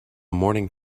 morning